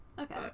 Okay